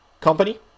company